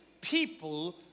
people